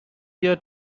year